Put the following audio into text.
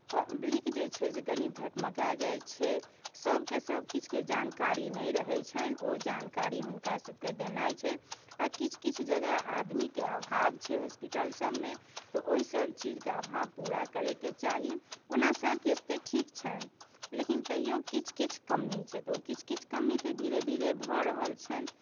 public जे छै से कनी धकमका जाइत छै सभकेँ सभकिछुके जानकरी नहि रहै छनि ओ जानकारी हुनकासभकेँ देनाइ छनि आ किछु किछु जगह आदमीके अभाव छै होस्पिटलसभ मे तऽ ओहि सभचीजके अभाव पूरा करयके चाही ओना सभकिछु तऽ ठीक छनि लेकिन तैयो किछु किछु कमी छै तऽ ओ किछु किछु कमी तऽ धीरे धीरे भऽ रहल छनि